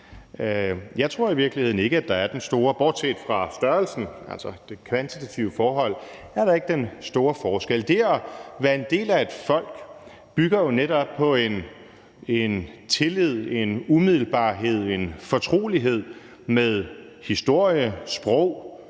Jeg tror i virkeligheden ikke, at der er den store forskel, bortset fra størrelsen, altså det kvantitative forhold. Det at være en del af et folk bygger jo netop på en tillid, en umiddelbarhed, en fortrolighed med historie, sprog,